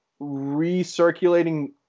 recirculating